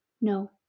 No